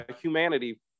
humanity